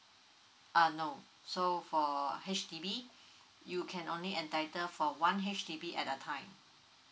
uh no so for H_D_B you can only entitle for one H_D_B at a time